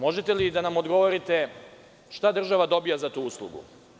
Možete li da nam odgovorite šta država dobija za tu uslugu?